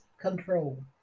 control